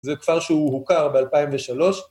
זה כפר שהוא הוכר ב-2003.